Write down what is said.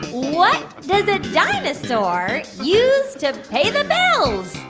what does a dinosaur use to pay the bills?